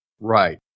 Right